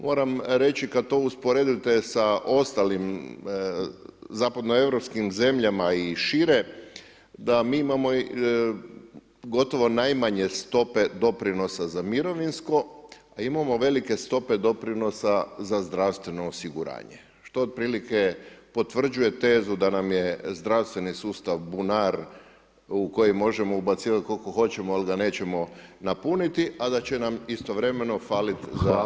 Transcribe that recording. Moram reći kad to usporedite sa ostalim zapadnoeuropskim zemljama i šire, da mi imamo gotovo najmanje stope doprinosa za mirovinsko a imamo velike stope doprinosa z zdravstveno osiguranje što otprilike potvrđuje tezu da nam je zdravstveni sustav bunar u koji možemo ubacivati koliko hoćemo ali da nećemo napuniti a da će nam istovremeno hvaliti za mirovine.